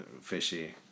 fishy